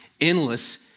endless